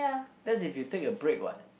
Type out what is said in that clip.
that if you take a break what